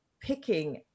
picking